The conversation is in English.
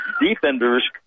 defenders